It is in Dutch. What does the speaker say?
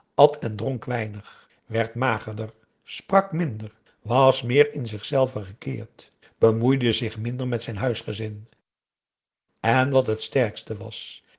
at en dronk weinig werd magerder sprak minder was meer in zichzelven gekeerd bemoeide zich minder met zijn huisgezin en wat het sterkste was